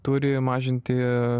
turi mažinti